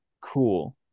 cool